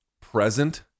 present